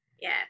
Yes